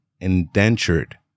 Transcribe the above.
indentured